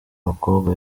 bakobwa